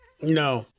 No